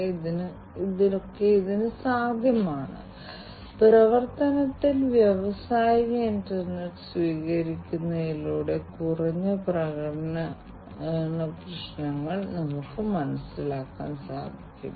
അതിനാൽ IIoT എന്നത് വളരെ വാഗ്ദാനമായ ഒരു സാങ്കേതികവിദ്യയാണ് അതിൽ വ്യത്യസ്തമായ ആകർഷകമായ സവിശേഷതകളുണ്ട് എന്നാൽ അതേ സമയം കടന്നുപോകേണ്ട നിരവധി തടസ്സങ്ങളുണ്ട് അത് ഭാവിയിൽ അർത്ഥമാക്കുന്നില്ല